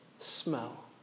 smell